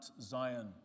Zion